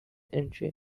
entry